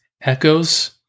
Echoes